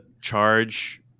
charge